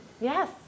Yes